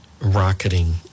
rocketing